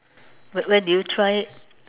where where did you try it